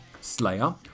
Slayer